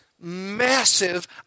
massive